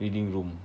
reading room